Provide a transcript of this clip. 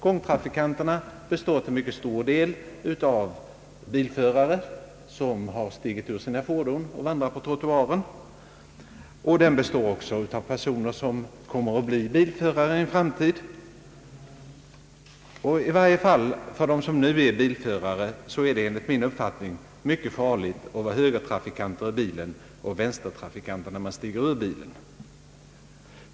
Gångtrafikanterna består till mycket stor del av bilförare som har stigit ur sina fordon och vandrar på trottoaren och av personer som kommer att bli bilförare i en framtid. I varje fall för den som nu är bilförare är det enligt min uppfattning mycket farligt att vara högertrafikant i bilen och vänstertrafikant när man stiger ur bilen.